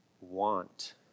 want